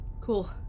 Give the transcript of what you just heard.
cool